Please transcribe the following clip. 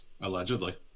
Allegedly